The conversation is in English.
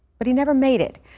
but he never made it.